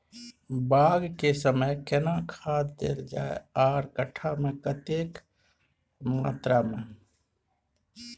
बाग के समय केना खाद देल जाय आर कट्ठा मे कतेक मात्रा मे?